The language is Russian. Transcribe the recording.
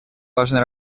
важной